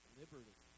liberty